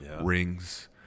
rings